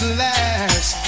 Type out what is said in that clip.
last